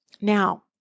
Now